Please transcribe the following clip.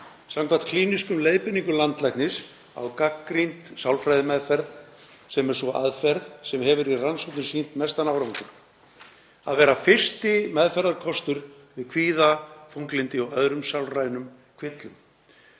Samkvæmt klínískum leiðbeiningum landlæknis á gagnrýnd sálfræðimeðferð, sem er sú aðferð sem hefur í rannsóknum sýnt mestan árangur, að vera fyrsti meðferðarkostur við kvíða, þunglyndi og öðrum sálrænum kvillum.